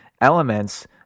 elements